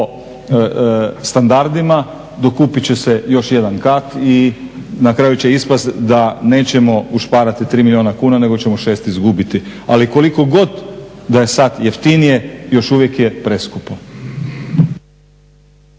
standardima dokupiti će se još jedan kat i na kraju će ispasti da nećemo ušparati 3 milijuna kuna nego ćemo 6 izgubiti. Ali koliko god da je sada jeftinije, još uvijek je preskupo.